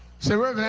said, reverend